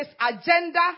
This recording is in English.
agenda